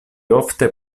ofte